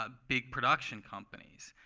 ah big production companies.